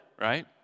right